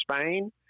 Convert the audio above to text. Spain